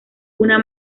una